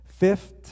Fifth